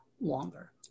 longer